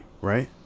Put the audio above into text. right